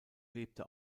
lebte